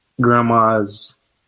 grandma's